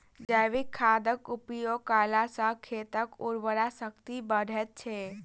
जैविक खादक उपयोग कयला सॅ खेतक उर्वरा शक्ति बढ़ैत छै